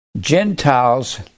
Gentiles